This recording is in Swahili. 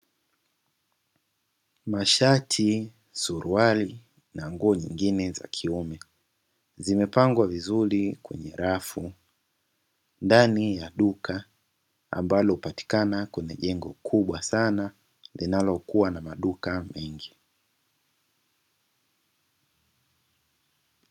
Mashati, suruali na nguo nyingine za kiume zimepangwa vizuri kwenye rafu ndani ya duka ambalo hupatikana kwenye jengo kubwa sana linalo kuwa na maduka mengi.